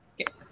Okay